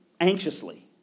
anxiously